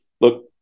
look